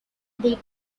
they